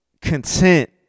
content